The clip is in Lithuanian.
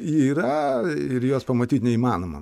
ji yra ir jos pamatyti neįmanoma